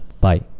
Bye